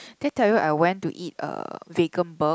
did I tell you I went to eat uh VeganBurg